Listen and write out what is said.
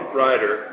rider